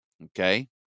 Okay